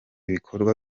bikorwa